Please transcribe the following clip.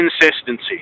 consistency